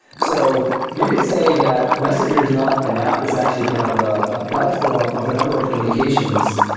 so you can say that messenger is not an app. it's actually kind of a ah platform of a number of communications,